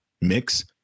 mix